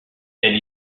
elle